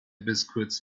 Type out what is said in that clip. biscuits